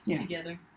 together